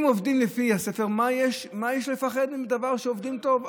אם עובדים לפי הספר, מה יש לפחד אם עובדים טוב?